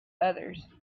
others